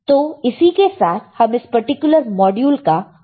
तो इसी के साथ हम इस पर्टिकुलर मॉड्यूल का अंत करेंगे